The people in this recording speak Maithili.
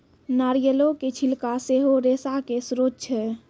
नारियलो के छिलका सेहो रेशा के स्त्रोत छै